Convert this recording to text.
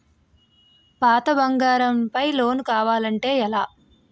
పాత బంగారం పై లోన్ కావాలి అంటే ఎలా?